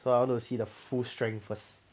so I want to see the full strength first